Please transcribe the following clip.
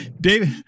David